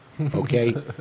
Okay